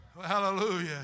Hallelujah